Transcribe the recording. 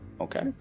okay